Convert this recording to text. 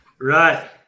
right